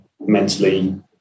mentally